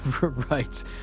Right